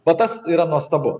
vat tas yra nuostabu